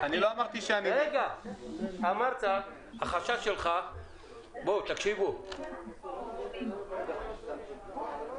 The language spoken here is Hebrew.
דרך אגב, נציג מועצת הלול לא מופיע כאן בדיון.